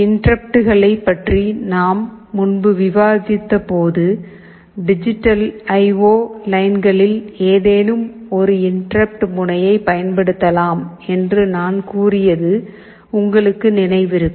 இன்டெர்ருப்ட்களை பற்றி நாம் முன்பு விவாதித்தபோது டிஜிட்டல் ஐஓ லைன்களில் ஏதேனும் ஒரு இன்டெர்ருப்ட் முனையை பயன்படுத்தப்படலாம் என்று நான் கூறியது உங்களுக்கு நினைவிருக்கும்